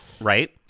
right